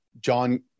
John